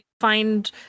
find